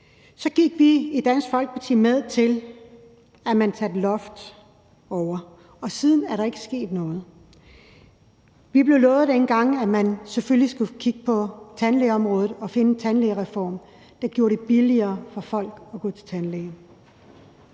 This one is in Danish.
gik vi i Dansk Folkeparti med til, at man satte loft over, og siden er der ikke sket noget. Vi blev dengang lovet, at man selvfølgelig skulle kigge på tandlægeområdet og finde en tandlægereform, der gjorde det billigere for folk at gå til tandlægen.